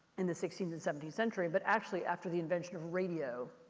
in the sixteenth and seventeenth century. but actually after the invention of radio,